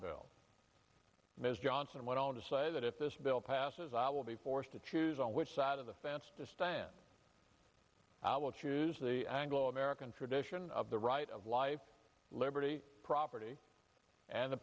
bill ms johnson went on to say that if this bill passes i will be forced to choose on which side of the fence stand i will choose the anglo american tradition of the right of life liberty property and the